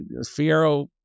Fiero